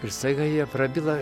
ir staiga jie prabyla